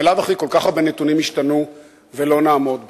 בלאו הכי כל כך הרבה נתונים ישתנו ולא נעמוד בכך.